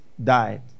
Died